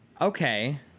Okay